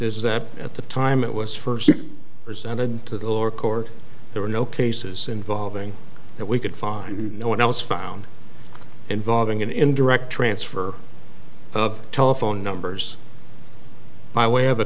is that at the time it was first presented to the lower court there were no cases involving that we could find no one else found involving an indirect transfer of telephone numbers by way of a